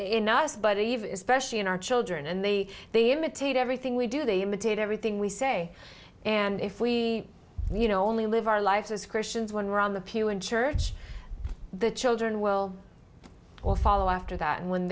in us but even specially in our children and they they imitate everything we do they imitate everything we say and if we you know only live our life as christians when we're on the pew in church the children will follow after that and when